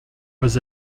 was